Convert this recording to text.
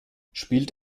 spielt